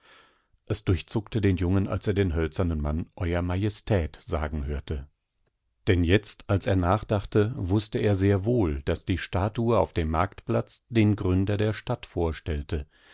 es durchzuckte den jungen als er den hölzernen mann ew majestät sagen hörte denn jetzt als er nachdachte wußte er sehr wohl daß die statue auf demmarktplatzdengründerderstadtvorstellte eswarkeingeringererals karlderelfteinhöchsteigenerperson mitdemeraneinandergeratenwar er